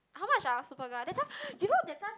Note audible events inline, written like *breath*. how much ah Superga that time *breath* you know that time